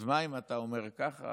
אז מה אם אתה אומר ככה?